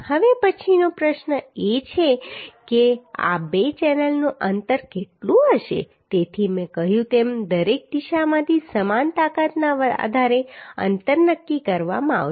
હવે પછીનો પ્રશ્ન એ છે કે આ બે ચેનલનું અંતર કેટલું હશે તેથી મેં કહ્યું તેમ દરેક દિશામાંથી સમાન તાકાતના આધારે અંતર નક્કી કરવામાં આવશે